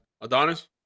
Adonis